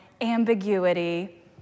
ambiguity